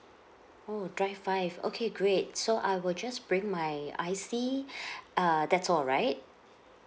oh drive five okay great so I will just bring my I_C err that's all right